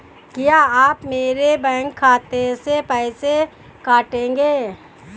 क्या आप मेरे बैंक खाते से पैसे काटेंगे?